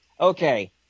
okay